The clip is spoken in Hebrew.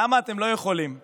למה אתם לא יכולים לקבוע,